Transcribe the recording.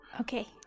Okay